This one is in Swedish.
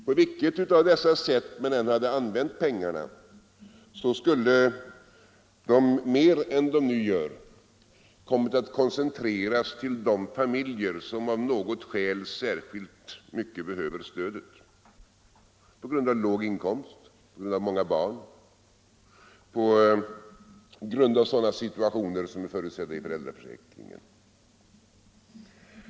På vilket av dessa sätt man än hade använt pengarna skulle de mer än de nu gör ha kommit att koncentreras till de familjer som av något skäl särskilt mycket behöver stödet: på grund av låg inkomst, på grund av att de har många barn, på grund av sådana situationer som är förutsedda i föräldraförsäkringen.